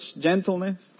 gentleness